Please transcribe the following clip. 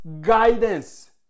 guidance